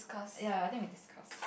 ya I think we discussed